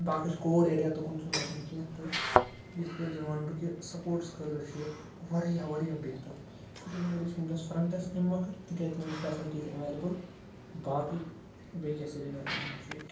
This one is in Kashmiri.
باقٕے چھُ کور ایریا تُکُن چھُنہٕ گژھُن کیٚنٛہہ تہٕ یِتھ پٲٹھۍ زَن وَنہٕ بہٕ کہِ سپوٹٕس خٲطرٕ چھِ یہِ وارِیاہ وارِیاہ بہتر سرینَگرٕ وٕنکٮ۪س فرٛنٛٹَس اَمہِ مۄکھٕ تِکیٛازِ تِمَن چھِ فٮ۪سَلٹیٖز ایولیبل باقٕے بیٚیہِ کیٛاہ سرینگرَس منٛز چھُ ییٚتہِ